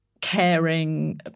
caring